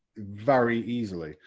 very easily.